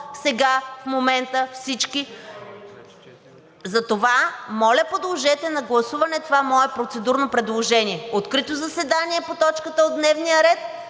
сега в момента всички. Затова, моля, подложете на гласуване това мое процедурно предложение: открито заседание по точката от дневния ред.